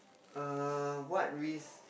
err what risk